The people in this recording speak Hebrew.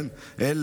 כן,